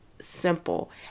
Simple